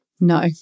no